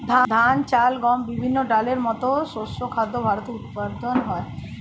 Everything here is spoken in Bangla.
ধান, চাল, গম, বিভিন্ন ডালের মতো শস্য খাদ্য ভারতে উৎপাদন হয়